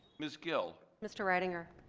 ms. gill? mr. reitinger.